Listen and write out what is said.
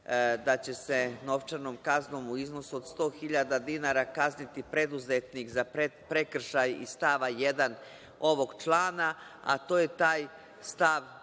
da će se novčanom kaznom u iznosu od 100 hiljada dinara kazniti preduzetnik za prekršaj iz stava 1. ovog člana, a to je taj stav